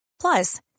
Plus